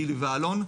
גילי ואלון,